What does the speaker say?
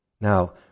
Now